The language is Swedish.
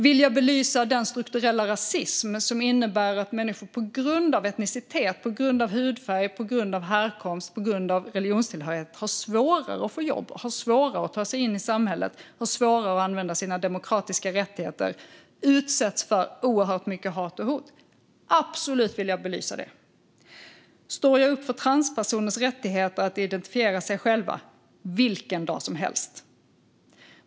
Vill jag belysa den strukturella rasism som innebär att människor på grund av etnicitet, hudfärg, härkomst eller religionstillhörighet har svårare att få jobb, svårare att ta sig in i samhället och svårare att använda sina demokratiska rättigheter och utsätts för oerhört mycket hat och hot? Absolut vill jag belysa det! Står jag upp för transpersoners rättigheter att identifiera sig själva? Vilken dag som helst!